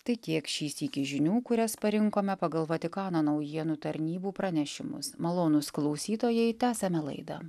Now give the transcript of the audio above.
tai kiek šį sykį žinių kurias parinkome pagal vatikano naujienų tarnybų pranešimus malonūs klausytojai tęsiame laidą